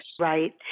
Right